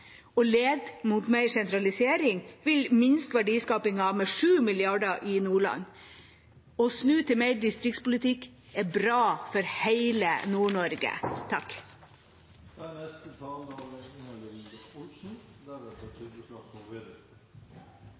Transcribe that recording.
Å lede mot mer sentralisering vil minske verdiskapingen i Nordland med 7 mrd. kr. Å snu til mer distriktspolitikk er bra for hele Nord-Norge. Først: Tusen takk til interpellanten for anledningen til å ha denne viktige diskusjonen for oss som er